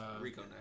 Rico